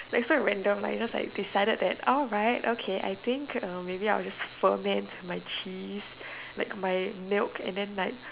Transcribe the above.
like so random right they just like decided that alright okay I think uh I will just ferment my cheese like my milk and then like